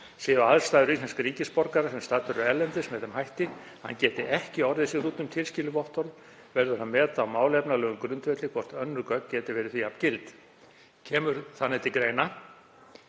Séu aðstæður íslensks ríkisborgara sem staddur er erlendis með þeim hætti að hann geti ekki orðið sér úti um tilskilið vottorð verður að meta á málefnalegum grundvelli hvort önnur gögn geti verið því jafngild. Kemur þannig til greina